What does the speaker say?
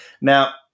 Now